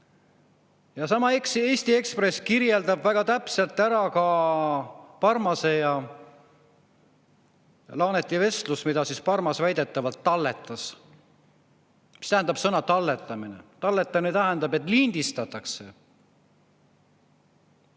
Sama Eesti Ekspress kirjeldab väga täpselt ka Parmase ja Laaneti vestlust, mille Parmas väidetavalt talletas. Mida tähendab sõna "talletamine"? Talletamine tähendab, et lindistatakse.